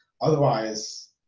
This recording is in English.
otherwise